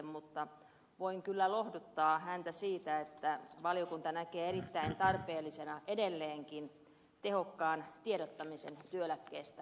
mutta voin kyllä lohduttaa häntä siitä että valiokunta näkee erittäin tarpeellisena edelleenkin tehokkaan tiedottamisen työeläkeotteesta kansalaisille